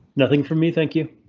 nothing for me, thank you.